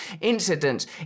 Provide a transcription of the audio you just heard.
incidents